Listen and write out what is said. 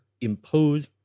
impose